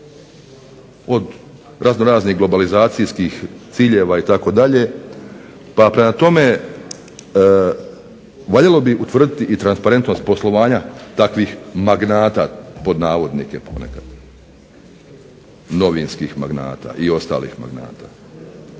od raznoraznih globalizacijskih ciljeva itd. Pa prema tome valjalo bi utvrditi i transparentnost poslovanja takvih "magnata" pod navodnike ponekad, novinskih magnata i ostalih magnata.